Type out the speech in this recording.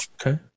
okay